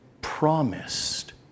promised